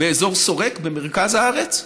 באזור שורק, במרכז הארץ,